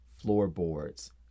floorboards